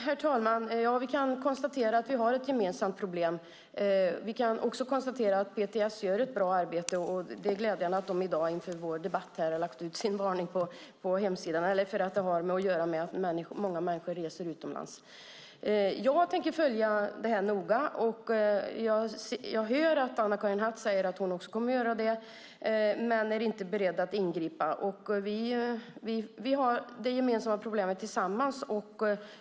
Herr talman! Vi kan konstatera att vi har ett gemensamt problem. Vi kan också konstatera att PTS gör ett bra arbete. Det är glädjande att de i dag inför vår debatt har lagt ut sin varning på hemsidan. Det har att göra med att många människor reser utomlands. Jag tänker följa det här noga. Jag hör att Anna-Karin Hatt säger att hon också kommer att göra det men inte är beredd att ingripa. Vi har ett gemensamt problem.